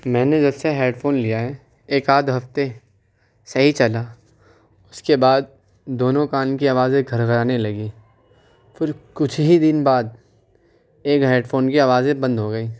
میں نے جب سے ہیڈ فون لیا ہے ایک آدھ ہفتے صحیح چلا اس کے بعد دونوں کان کی آوازیں گھرگھرانے لگیں پھر کچھ ہی دن بعد ایک ہیڈ فون کی آوازیں بند ہو گئیں